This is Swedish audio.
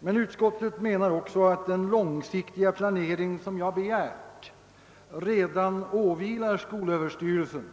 Men utskottet menar också att den långsiktiga planering som jag begärt redan åvilar skolöverstyrelsen,